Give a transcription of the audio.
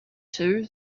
two